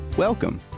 Welcome